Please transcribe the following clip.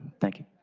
thank you.